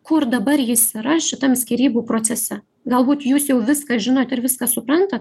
kur dabar jis yra šitam skyrybų procese galbūt jūs jau viską žinot ir viską suprantat